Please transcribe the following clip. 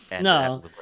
No